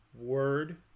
word